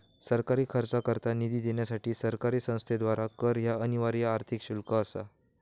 सरकारी खर्चाकरता निधी देण्यासाठी सरकारी संस्थेद्वारा कर ह्या अनिवार्य आर्थिक शुल्क असा